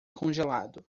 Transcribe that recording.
congelado